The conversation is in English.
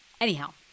anyhow